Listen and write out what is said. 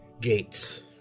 gates